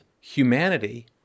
humanity